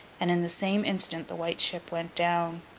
and in the same instant the white ship went down.